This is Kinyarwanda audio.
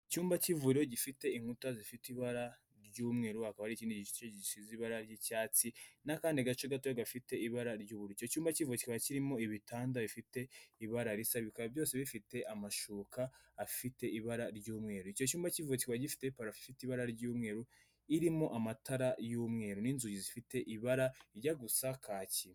Icyumba k'ivuriro gifite inkuta zifite ibara ry'umweru, hakaba hari ikindi gice gisize ibara ry'icyatsi n'akandi gace gatoya gafite ibara ry'ubururu, icyo k'ivuriro kikaba kirimo ibitanda bifite ibara risa, bikaba byose bifite amashuka afite ibara ry'umweru, icyo cyumba k'ivuriro kikaba gifite parafo ifite ibara ry'umweru irimo amatara y'umweru n'inzugi zifite ibara rijya gusa kaki.